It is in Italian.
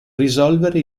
risolvere